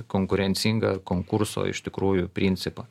konkurencingą konkurso iš tikrųjų principą